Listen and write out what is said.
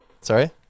sorry